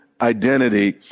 identity